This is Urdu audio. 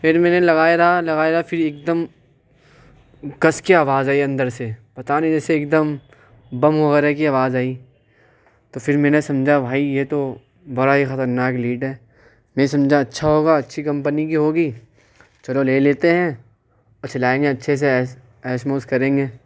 پھر میں نے لگائے رہا لگائے رہا پھر ایک دم کس کے آواز آئی اندر سے پتہ نہیں جیسے ایک دم بم وغیرہ کی آواز آئی تو پھر میں نے سمجھا بھائی یہ تو بڑا ہی خطرناک لیڈ ہے میں سمجھا اچھا ہوگا اچھی کمپنی کی ہوگی چلو لے لیتے ہیں اور چلائیں گے اچّھے سے عیش عیش موج کریں گے